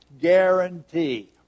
guarantee